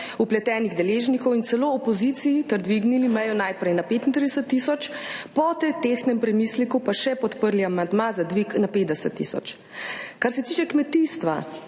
vpletenih deležnikov in celo opoziciji ter dvignili mejo najprej na 35 tisoč, po tem tehtnem premisleku pa še podprli amandma za dvig na 50 tisoč. Kar se tiče kmetijstva,